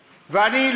ואני,